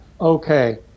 Okay